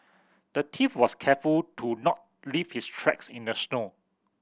the thief was careful to not leave his tracks in the snow